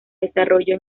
desarrollo